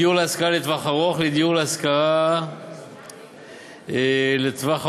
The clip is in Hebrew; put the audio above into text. מדיור להשכרה לטווח ארוך לדיור להשכרה לטווח ארוך